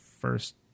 first